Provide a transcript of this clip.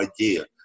idea